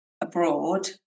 abroad